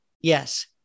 yes